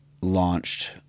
launched